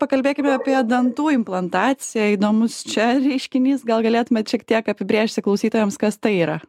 pakalbėkime apie dantų implantaciją įdomus čia reiškinys gal galėtumėt šiek tiek apibrėžti klausytojams kas tai yra